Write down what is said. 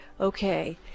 Okay